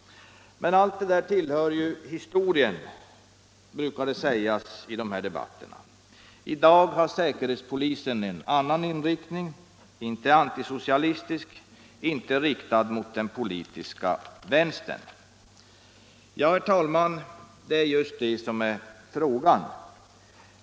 Men allt detta tillhör ju historien, brukar det sägas i de här debatterna. ”I dag har säkerhetspolisen en annan inriktning, inte antisocialistisk, inte riktad mot den politiska vänstern.” Ja, herr talman, det är just det som är frågan.